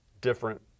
different